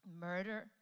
murder